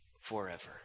forever